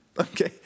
Okay